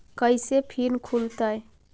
कैसे फिन खुल तय?